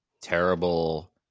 terrible